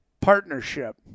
Partnership